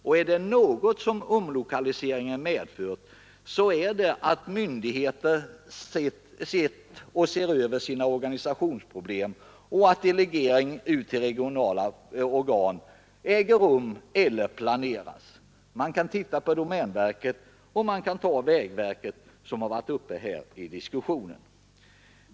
Och är det något som omlokaliseringen medfört, så är det att myndigheter sett och ser över sina organisationsproblem och att delegering ut till regionala organ äger rum eller planeras. Man kan titta på domänverket och på vägverket, som har varit uppe här i diskussionen.